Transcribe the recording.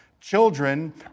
Children